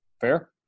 Fair